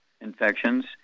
infections